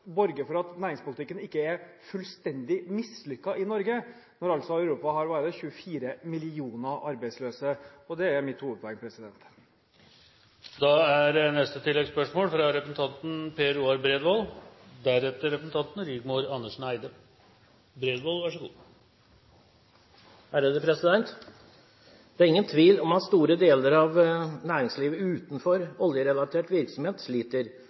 borge for at næringspolitikken ikke er fullstendig mislykket i Norge, når altså Europa har – hva er det – 24 millioner arbeidsløse. Det er mitt hovedpoeng. Per Roar Bredvold – til oppfølgingsspørsmål. Det er ingen tvil om at store deler av næringslivet utenfor oljerelatert virksomhet sliter.